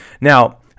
now